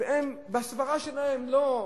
והם בסברה שלהם: לא,